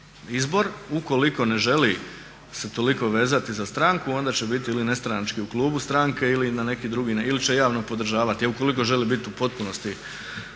Ukoliko ne želi se toliko vezati za stranku onda će biti ili nestranački u klubu stranke ili na neki drugi način, ili će javno podržavati, a ukoliko želi biti u potpunosti